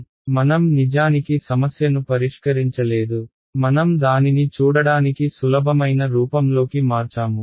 కాబట్టి మనం నిజానికి సమస్యను పరిష్కరించలేదు మనం దానిని చూడడానికి సులభమైన రూపంలోకి మార్చాము